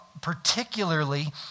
particularly